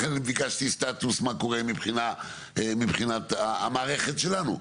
לכן אני ביקשתי סטטוס של מה קורה מבחינת המערכת שלנו,